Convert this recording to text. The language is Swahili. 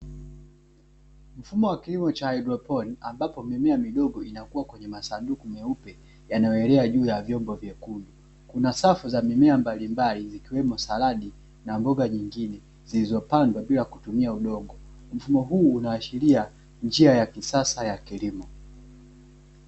Mfumo wa kilimo cha haidroponi, ambapo mimea midogo inakuwa kwenye masanduku meupe, yanayoelea juu ya vyombo vyekundu. Kuna safu za mimea mbalimbali ikiwepo; saladi na mboga nyingine zilizopandwa bila kutumia udongo. Mfumo huu unaashiria njia ya kisasa ya kilimo.